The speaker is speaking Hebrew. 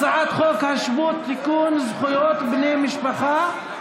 הצעת חוק השבות (תיקון, זכויות בני משפחה),